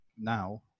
now